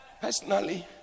Personally